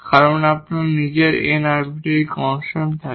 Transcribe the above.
কারণ আপনার নিজের n আরবিটারি কনস্ট্যান্ট থাকে